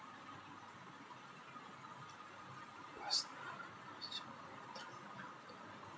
उपासना आज अपना ऋण विवरण देखने के लिए बैंक गई